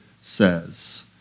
says